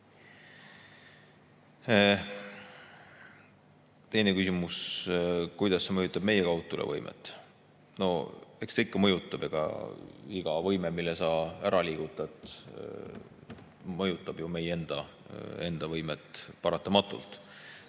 Teine küsimus: kuidas see mõjutab meie kaugtulevõimet? No eks ta ikka mõjutab. Iga võime, mille sa ära liigutad, mõjutab ju meie enda võimet paratamatult.